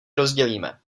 rozdělíme